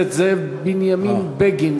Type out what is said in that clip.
כשאתה נבחר למנהיגות,